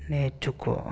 నేర్చుకో